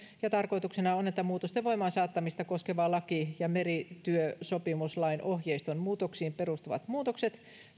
ja tarkoituksena on että muutosten voimaansaattamista koskeva laki ja merityösopimuslain ohjeiston muutoksiin perustuvat muutokset